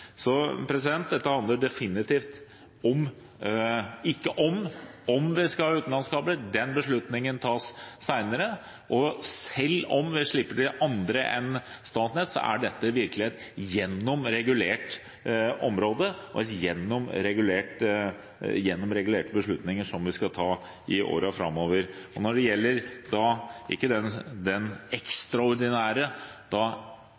Dette handler definitivt ikke om hvorvidt vi skal ha utenlandskabler. Den beslutningen tas senere. Selv om vi slipper til andre enn Statnett, er dette virkelig et gjennomregulert område, også regulert gjennom beslutninger som vi skal ta i årene framover. Når det gjelder